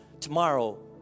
Tomorrow